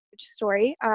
story